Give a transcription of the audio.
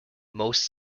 most